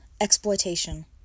exploitation